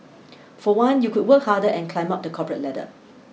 for one you could work harder and climb up the corporate ladder